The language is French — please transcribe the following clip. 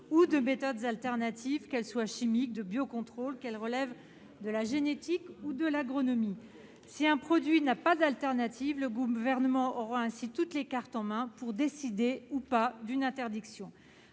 ou de méthodes alternatives, qu'elles soient chimiques, de biocontrôle, qu'elles relèvent de la génétique ou de l'agronomie. Si un produit n'a pas d'alternative, le Gouvernement aura ainsi toutes les cartes en main pour décider ou pas une interdiction.